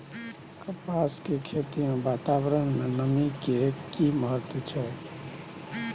कपास के खेती मे वातावरण में नमी के की महत्व छै?